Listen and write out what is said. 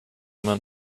man